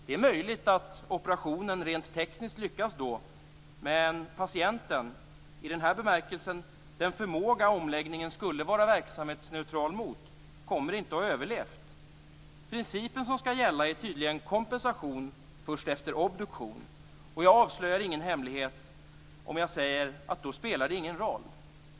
Det är möjligt att operationen rent tekniskt lyckas då, men patienten - i den här bemärkelsen den förmåga omläggningen skulle vara verksamhetsneutral mot - kommer inte att ha överlevt. Principen som skall gälla är tydligen kompensation först efter obduktion. Jag avslöjar ingen hemlighet om jag säger att det då inte spelar någon roll.